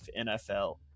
nfl